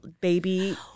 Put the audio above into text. baby